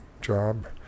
job